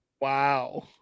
Wow